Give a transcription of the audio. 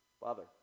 Father